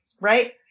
Right